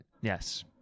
yes